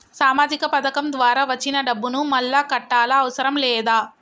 సామాజిక పథకం ద్వారా వచ్చిన డబ్బును మళ్ళా కట్టాలా అవసరం లేదా?